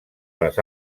les